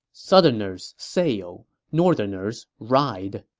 southerners sail northerners ride.